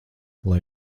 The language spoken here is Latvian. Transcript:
lai